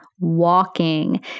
Walking